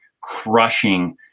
crushing